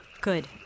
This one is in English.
Good